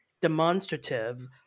demonstrative